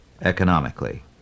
economically